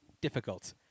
difficult